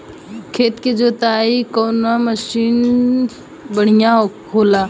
खेत के जोतईला कवन मसीन बढ़ियां होला?